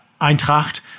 Eintracht